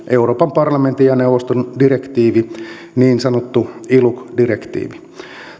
euroopan parlamentin ja neuvoston direktiivi niin sanottu iluc direktiivi